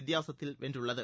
வித்தியாசத்தில் வென்றுள்ளது